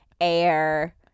air